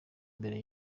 imbere